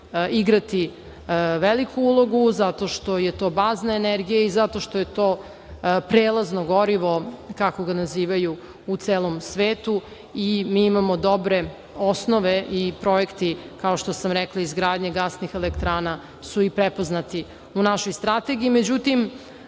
igrati veliku ulogu, zato što je to bazna energija i zato što je to prelazno gorivo, kako ga nazivaju u celom svetu, i mi imamo dobre osnove i projekti, kao što sam rekla, izgradnje gasnih elektrana su i prepoznati u našoj strategiji. Međutim,